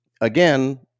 again